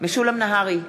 משולם נהרי,